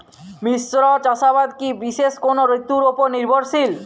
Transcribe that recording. মিশ্র চাষাবাদ কি বিশেষ কোনো ঋতুর ওপর নির্ভরশীল?